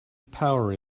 power